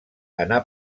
anà